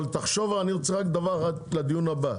אבל תחשוב, אני רוצה רק דבר אחד לדיון הבא.